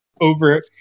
over